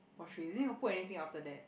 then you got put anything after that